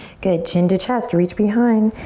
good, chin to chest, reach behind.